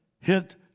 hit